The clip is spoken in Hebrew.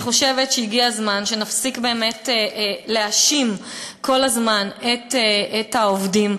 אני חושבת שהגיע הזמן שנפסיק באמת להאשים כל הזמן את העובדים.